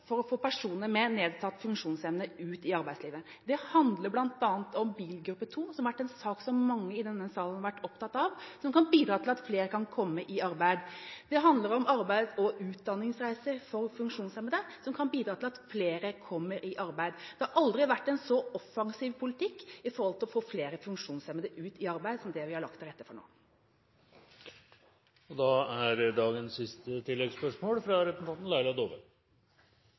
for å få personer med nedsatt funksjonsevne ut i arbeidslivet. Det handler bl.a. om gruppe 2-bil, som har vært en sak som mange i denne salen har vært opptatt av, som kan bidra til at flere kan komme i arbeid. Det handler om arbeids- og utdanningsreiser for funksjonshemmede, som kan bidra til at flere kommer i arbeid. Det har aldri vært en så offensiv politikk for å få flere funksjonshemmede ut i arbeid som det vi har lagt til rette for nå.